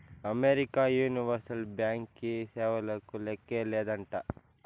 America universal బ్యాంకీ సేవలకు లేక్కే లేదంట